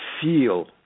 feel